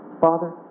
Father